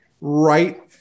Right